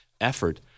effort –